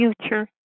future